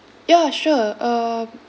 ya sure um